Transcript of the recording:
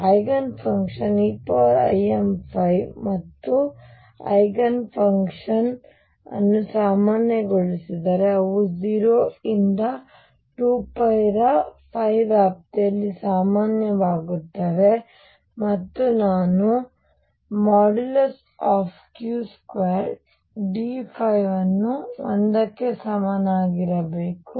eigen function eimϕಮತ್ತು ನಾನು eigenfunction ಅನ್ನು ಸಾಮಾನ್ಯಗೊಳಿಸಿದರೆ ಅವು 0 ರಿಂದ 2 ರ ವ್ಯಾಪ್ತಿಯಲ್ಲಿ ಸಾಮಾನ್ಯವಾಗುತ್ತವೆ ಮತ್ತು ನಾನು Q2dϕ ಅನ್ನು 1 ಕ್ಕೆ ಸಮನಾಗಿರಬೇಕು